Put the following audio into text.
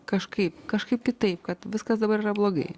kažkaip kažkaip kitaip kad viskas dabar yra blogai